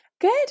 Good